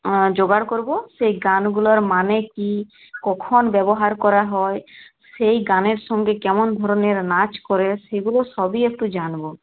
জোগাড় করবো সেই গানগুলোর মানে কী কখন ব্যবহার করা হয় সেই গানের সঙ্গে কেমন ধরনের নাচ করে সেইগুলো সবই একটু জানবো